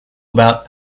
about